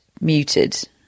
muted